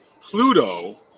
Pluto